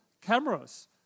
cameras